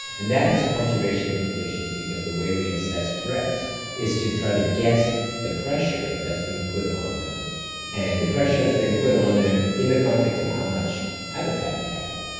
and that has conservation implications because the way we assess threat is to try to guess the pressure that's been put on them and the pressure that's been put on them in the context of how much habitat they have.